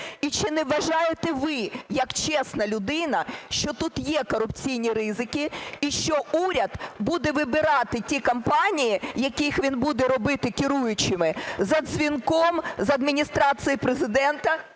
І чи не вважаєте ви, як чесна людина, що тут є корупційні ризики, і що уряд буде вибирати ті компанії, які він буде робити керуючими, за дзвінком з Адміністрації Президента,